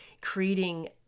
creating